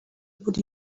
would